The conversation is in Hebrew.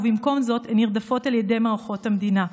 ובמקום זאת הן נרדפות על ידי מערכות המדינה.